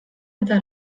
eta